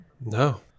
No